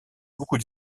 beaucoup